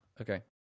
Okay